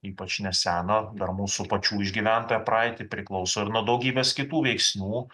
ypač neseną ar mūsų pačių išgyventą praeitį priklauso ir nuo daugybės kitų veiksnių